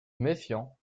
méfiant